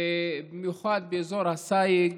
ובמיוחד באזור הסייג,